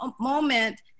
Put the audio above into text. moment